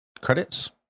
credits